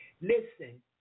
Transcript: Listen